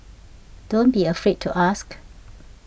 don't be afraid to ask